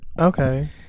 Okay